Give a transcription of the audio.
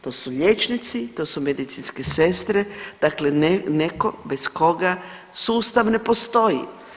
To su liječnici, to su medicinske sestre, dakle neko bez koga sustav ne postoji.